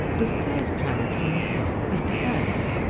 the third planet from the sun is the earth,